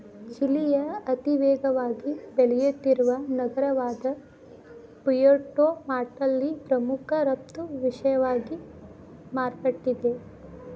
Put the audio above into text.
ಚಿಲಿಯ ಅತಿವೇಗವಾಗಿ ಬೆಳೆಯುತ್ತಿರುವ ನಗರವಾದಪುಯೆರ್ಟೊ ಮಾಂಟ್ನಲ್ಲಿ ಪ್ರಮುಖ ರಫ್ತು ವಿಷಯವಾಗಿ ಮಾರ್ಪಟ್ಟಿದೆ